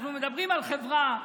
אנחנו מדברים על חברה,